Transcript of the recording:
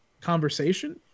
conversation